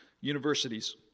universities